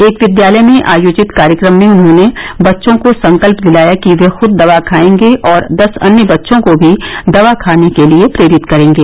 एक विद्यालय में आयोजित कार्यक्रम में उन्होंने बच्चों को संकल्प दिलाया कि वे खूद दवा खायेंगे और दस अन्य बच्चों को भी दवा खाने के लिये प्रेरित करेंगे